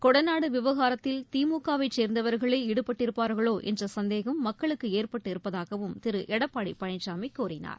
கொடநாடு விவகாரத்தில் திமுகவை சேர்ந்தவர்களே ஈடுபட்டிருப்பார்களோ என்ற சந்தேகம் மக்களுக்கு ஏற்பட்டு இருப்பதாகவும் திரு எடப்பாடி பழனிசாமி கூறினார்